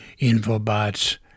infobot's